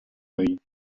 œil